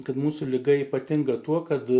kad mūsų liga ypatinga tuo kad